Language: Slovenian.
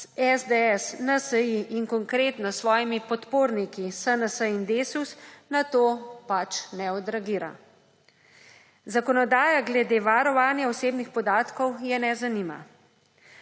SDS, NSi in Konkretno s svojimi podporniki SNS in Desus na to pač ne odreagira. Zakonodaja glede varovanja osebnih podatkov je ne zanima.